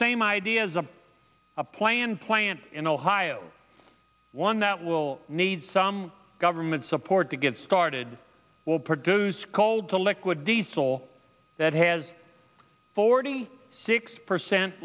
same ideas of a plan plant in ohio one that will need some government support to get started will produce called the liquid diesel that has forty six percent